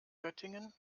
göttingen